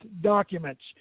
documents